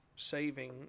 Saving